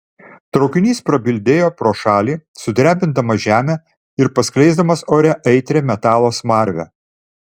traukinys prabildėjo pro šalį sudrebindamas žemę ir paskleisdamas ore aitrią metalo smarvę